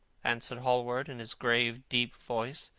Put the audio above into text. answered hallward in his grave deep voice,